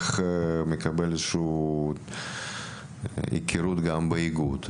איזו שהיא היכרות גם באיגוד,